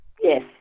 Yes